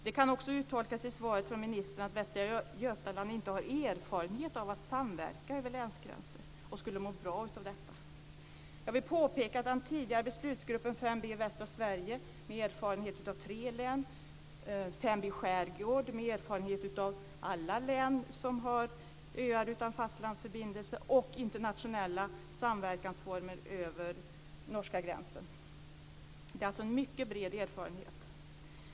Det kan också uttolkas av svaret från ministern att Västra Götaland inte har erfarenhet av att samverka över länsgränser och skulle må bra av det fattade beslutet. Jag vill påminna om den tidigare beslutsgruppen, mål 5b i västra Sverige, med erfarenhet av tre län, mål 5b skärgård, med erfarenhet av alla län som har öar utan fastlandsförbindelse, och internationella samverkansformer över norska gränsen. Det är alltså en mycket bred erfarenhet.